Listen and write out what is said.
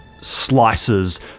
slices